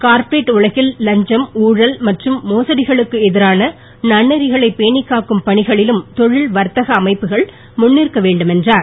corporate உலகில் லஞ்சம் ஊழல் மற்றும் மோசடிகளுக்கு எதிரான நன்னெறிகளை பேணிக் காக்கும் பணிகளிலும் தொழில் வர்த்தக அமைப்புகள் முன்னிற்க வேண்டும் என்றார்